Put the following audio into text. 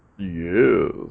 Yes